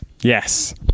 Yes